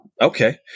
Okay